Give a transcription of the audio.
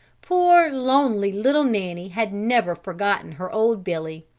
poor, lonely, little nanny had never forgotten her old billy,